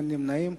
אין נמנעים.